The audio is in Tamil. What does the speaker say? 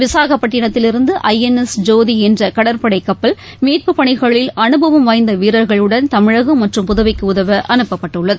விசாகப்பட்டினத்திலிருந்து ஐ என் எஸ் ஜோதிஎன்றகடற்படைகப்பல் மீட்புப் பணிகளில் அனுபவம் வாய்ந்தவீரர்களுடன் தமிழகம் மற்றும் புதுவைக்குஉதவஅனுப்பப்பட்டுள்ளது